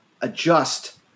adjust